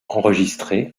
enregistré